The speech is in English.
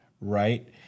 right